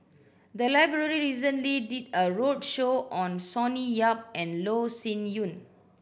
the library recently did a roadshow on Sonny Yap and Loh Sin Yun